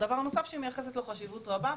דבר נוסף שהיא מייחסת לו חשיבות רבה,